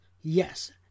Yes